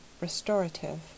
restorative